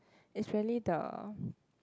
is really the